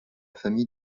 famille